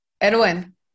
edwin